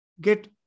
get